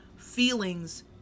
feelings